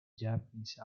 japanese